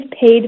paid